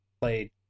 played